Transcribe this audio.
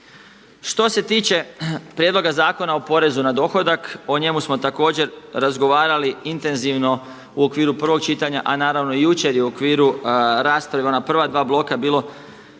Što se tiče Prijedloga zakona o porezu na dohodak o njemu smo također razgovarali intenzivno u okviru prvog čitanja, a naravno i jučer u okviru rasprave u ona prva dva bloka je bilo